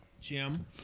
Jim